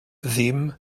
ddim